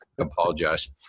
apologize